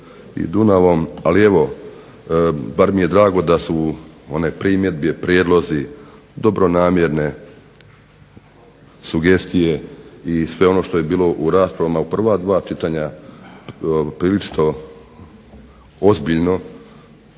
i Dunavom, ali evo bar mi je drago da su one primjedbe, prijedlozi, dobronamjerne sugestije i sve ono što je bilo u raspravama u prva dva čitanja prilično ozbiljno